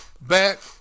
back